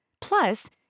Plus